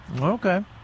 Okay